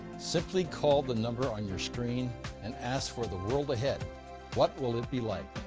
simply call the number on your screen and ask for the world ahead what will it be like?